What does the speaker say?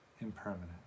impermanent